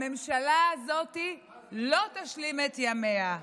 הממשלה הזו לא תשלים את ימיה.